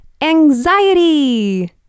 anxiety